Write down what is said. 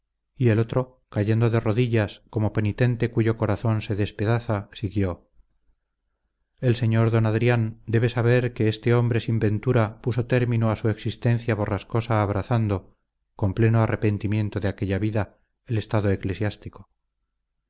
y el otro cayendo de rodillas como penitente cuyo corazón se despedaza siguió el señor d adrián debe saber que este hombre sin ventura puso término a su existencia borrascosa abrazando con pleno arrepentimiento de aquella vida el estado eclesiástico